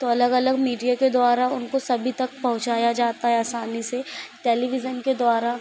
तो अलग अलग मीडिया के द्वारा उनको सभी तक पहुँचाया जाता है आसानी से टेलीविज़न के द्वारा